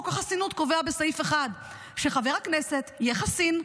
חוק החסינות קובע בסעיף 1 שחבר הכנסת יהיה חסין,